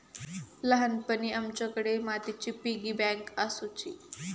ल्हानपणी आमच्याकडे मातीची पिगी बँक आसुची